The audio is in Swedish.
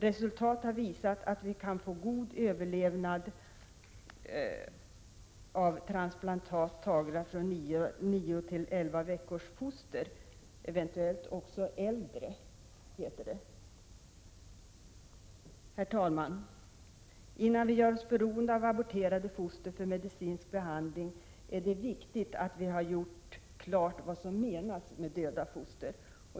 Resultatet har visat att vi kan få god överlevnad av transplantat tagna från 9-11 veckors foster, eventuellt också äldre. Herr talman! Innan vi gör oss beroende av aborterade foster för medicinsk behandling, är det viktigt att vi gör klart vad som menas med döda foster.